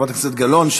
חברת הכנסת גלאון,